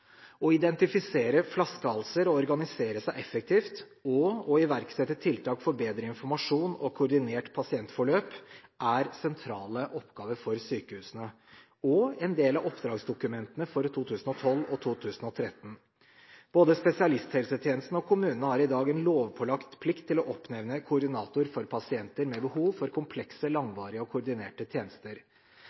Å identifisere flaskehalser, organisere seg effektivt og iverksette tiltak for bedre informasjon og koordinert pasientforløp er sentrale oppgaver for sykehusene og en del av oppdragsdokumentene for 2012 og 2013. Både spesialisthelsetjenestene og kommunene har i dag en lovpålagt plikt til å oppnevne koordinatorer for pasienter med behov for komplekse, langvarige og koordinerte tjenester.